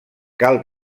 cal